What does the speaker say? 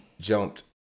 jumped